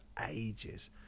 ages